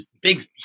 big